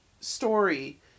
story